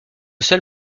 seul